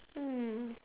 um